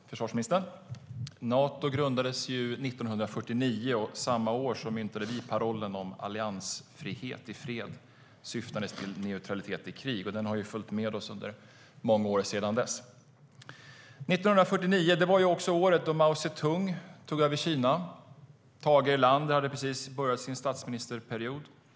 Fru talman och försvarsministern! Nato grundades 1949, och samma år myntade vi parollen om alliansfrihet i fred. Det syftade till neutralitet i krig och har följt med oss under många år sedan dess. År 1949 var också året då Mao Zedong tog över Kina. Tage Erlander hade precis börjat sin statsministerperiod.